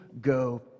go